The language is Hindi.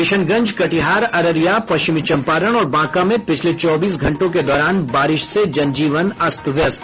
किशनगंज कटिहार अररिया पश्चिमी चंपारण और बांका में पिछले चौबीस घंटों के दौरान बारिश से जनजीवन अस्त व्यस्त